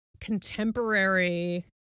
contemporary